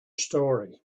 story